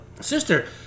sister